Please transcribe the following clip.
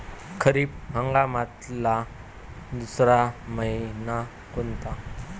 खरीप हंगामातला दुसरा मइना कोनता?